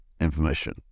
information